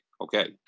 okay